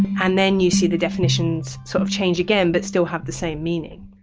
and then you see the definitions sort of change again but still have the same meaning.